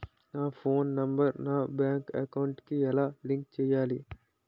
నా phone number నా bank account కి ఎలా లింక్ చేయాలి?